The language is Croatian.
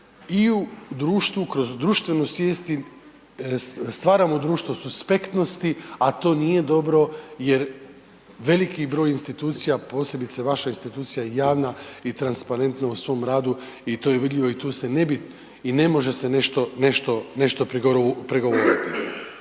i u društvu kroz društvenu svijest i, stvaramo društvo suspektnosti a to nije dobro jer veliki broj institucija, posebice vaša institucija je javna i transparentna u svom radu i to je vidljivo i tu se ne bi i ne može se nešto prigovoriti.